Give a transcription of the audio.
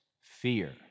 fear